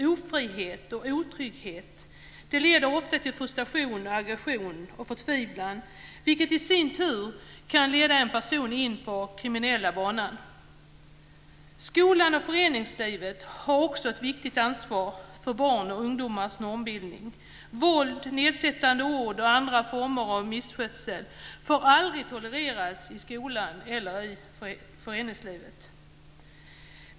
Ofrihet och otrygghet leder ofta till frustration, aggression och förtvivlan, vilket i sin tur kan leda en person in på den kriminella banan. Skolan och föreningslivet har också ett viktigt ansvar för barns och ungdomars normbildning. Våld, nedsättande ord och andra former av dåligt uppförande får aldrig tolereras i skolan eller i föreningslivet.